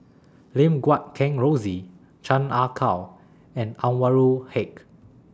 Lim Guat Kheng Rosie Chan Ah Kow and Anwarul Haque